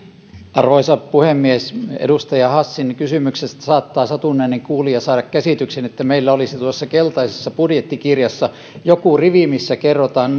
arvoisa puhemies edustaja hassin kysymyksestä saattaa satunnainen kuulija saada käsityksen että meillä olisi keltaisessa budjettikirjassa joku rivi missä kerrotaan